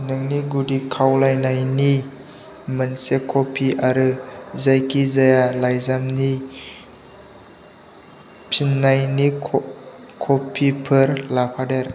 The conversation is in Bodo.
नोंनि गुदि खावलायनायनि मोनसे कपि आरो जायखिजाया लाइजामनि फिननायनि कपिफोर लाफादेर